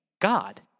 God